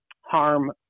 harm